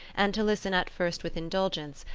and to listen at first with indulgence,